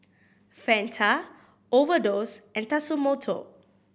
Fanta Overdose and Tatsumoto